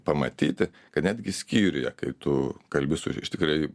pamatyti kad netgi skyriuje kai tu kalbi su tikrai